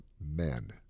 men